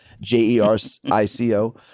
J-E-R-I-C-O